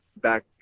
back